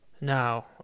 Now